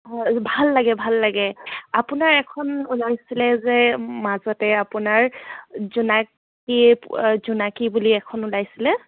হয় ভাল লাগে ভাল লাগে আপোনাৰ এখন ওলাইছিলে যে মাজতে আপোনাৰ জোনাকী প জোনাকী বুলি এখন ওলাইছিলে